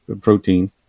protein